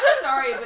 sorry